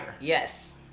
Yes